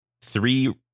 three